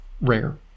rare